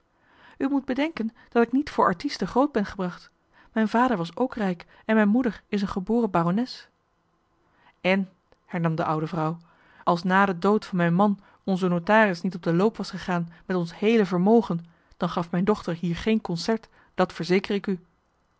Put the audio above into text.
moet bedenken dat ik niet voor artieste groot ben gebracht mijn vader was ook rijk en mijn moeder is een geboren barones en hernam de oude vrouw als na de dood van mijn man onze notaris niet op de loop was gegaan met ons heele vermogen dan gaf mijn dochter hier geen concert dat verzeker ik u